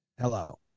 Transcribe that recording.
hello